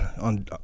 on